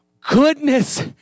goodness